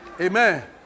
Amen